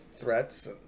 threats